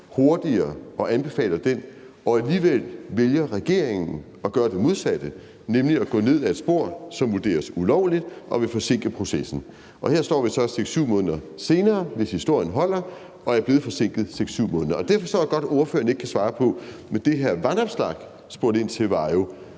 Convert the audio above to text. hurtigere, og anbefaler den, og alligevel vælger regeringen at gøre det modsatte, nemlig at gå ned ad et spor, som vurderes ulovligt og vil forsinke processen. Og her står vi så 6-7 måneder senere, hvis historien holder, og er blevet forsinket 6-7 måneder. Og det forstår jeg godt at ordføreren ikke kan svare på. Men det, hr. Alex Vanopslagh spurgte ind til, var jo